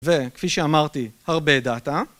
וכפי שאמרתי, הרבה דאטה.